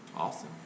Awesome